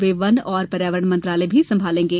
वे वन और पर्यावरण मंत्रालय भी संभालेंगे